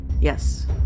Yes